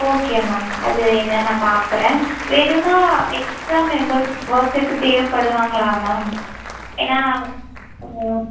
okay ma'am அது என்னென்னு நான் பார்க்குறேன் வேணும்னா எக்ஸ்ட்ரா மெம்பெர்ஸ் ஒர்க்குக்கு தேவைப்படுவாங்களா மேம் ஏன்னா ஓ